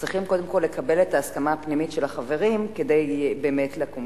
צריכים קודם כול לקבל את ההסכמה הפנימית של החברים כדי באמת לקום.